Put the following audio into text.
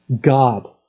God